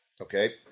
okay